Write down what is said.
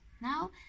now